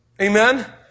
Amen